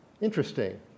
Interesting